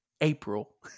April